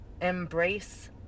embrace